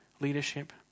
leadership